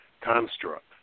construct